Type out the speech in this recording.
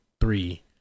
three